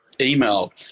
email